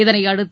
இதனையடுத்து